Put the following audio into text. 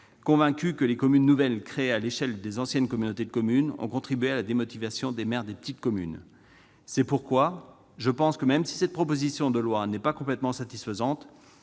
persuadé que les communes nouvelles créées à l'échelle des anciennes communautés de communes ont contribué à la démotivation des maires des petites communes. C'est pourquoi, même si cette proposition de loi n'est pas complètement satisfaisante,